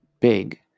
big